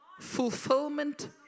fulfillment